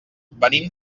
venim